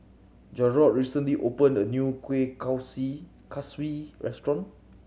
Jarrod recently opened a new kueh kaswi restaurant